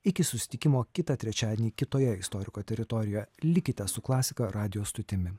iki susitikimo kitą trečiadienį kitoje istoriko teritorijoje likite su klasika radijo stotimi